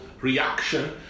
reaction